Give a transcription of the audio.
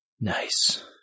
Nice